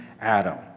Adam